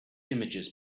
images